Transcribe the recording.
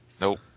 Nope